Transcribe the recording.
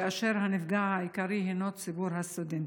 והנפגע העיקרי הינו ציבור הסטודנטים.